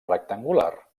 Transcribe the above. rectangular